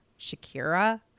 Shakira